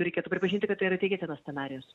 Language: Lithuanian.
reikėtų pripažinti kad tai yra tikėtinas scenarijus